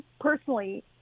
personally